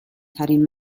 ترین